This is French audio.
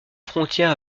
frontière